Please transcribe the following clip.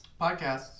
Podcasts